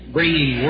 bringing